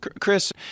Chris